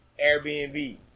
airbnb